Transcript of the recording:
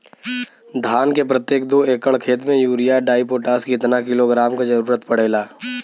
धान के प्रत्येक दो एकड़ खेत मे यूरिया डाईपोटाष कितना किलोग्राम क जरूरत पड़ेला?